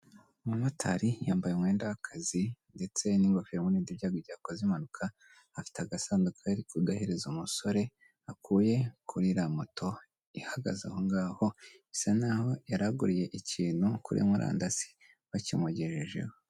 Umumotari yambaye umwenda w'akazi ndetse n'ingofero n'ibindi byago byakoze impanuka afite agasanduku ariko kugahereza umusore akuye kuri iriya moto ihagaze aho ngaho, bisa nkaho yaraguriye ikintu kuri murandasi bakimugejejeho.